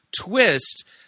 twist